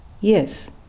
yes